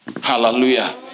Hallelujah